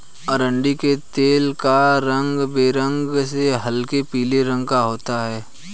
अरंडी के तेल का रंग बेरंग से हल्के पीले रंग का होता है